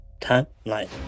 timeline